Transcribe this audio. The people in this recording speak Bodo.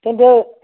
दोन्दो